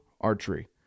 archery